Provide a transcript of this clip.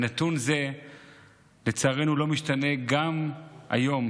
נתון זה לצערנו לא משתנה גם היום,